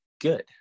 good